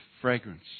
fragrance